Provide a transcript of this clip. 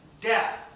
death